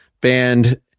band